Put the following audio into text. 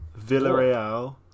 Villarreal